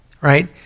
right